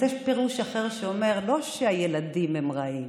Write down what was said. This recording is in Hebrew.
אז יש פירוש אחר שאומר שלא שהילדים הם רעים,